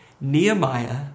Nehemiah